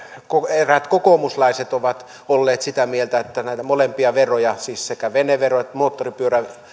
eräät kokoomuslaiset ovat olleet sitä mieltä että nämä molemmat verot siis sekä venevero että moottoripyörävero